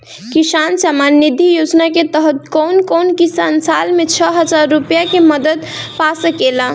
किसान सम्मान निधि योजना के तहत कउन कउन किसान साल में छह हजार रूपया के मदद पा सकेला?